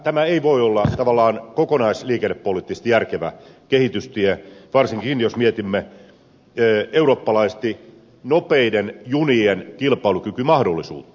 tämä ei voi olla tavallaan kokonaisliikennepoliittisesti järkevä kehitystie varsinkaan jos mietimme eurooppalaisesti nopeiden junien kilpailukykymahdollisuutta